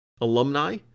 alumni